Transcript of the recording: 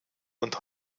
und